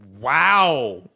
Wow